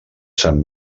sant